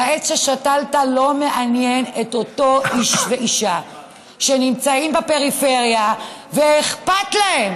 והעץ ששתלת לא מעניין את אותם איש ואישה שנמצאים בפריפריה ואכפת להם